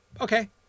Okay